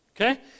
okay